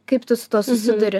kaip tu su tuo susiduri